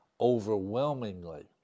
overwhelmingly